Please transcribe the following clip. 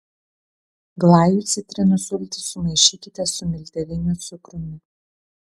glajui citrinų sultis sumaišykite su milteliniu cukrumi